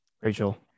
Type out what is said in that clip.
Rachel